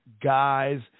guys